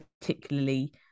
particularly